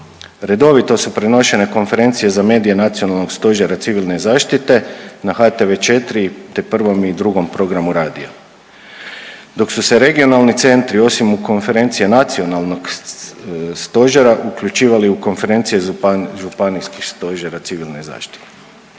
Redovito su prenošene konferencije za medije Nacionalnog stožera civilne zaštite na HTV4 te 1. i 2. programu radija, dok su se regionalni centri, osim u konferencije Nacionalnog stožera uključivali u konferencije županijskih stožera civilne zaštite.